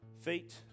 Feet